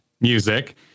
music